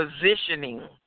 positioning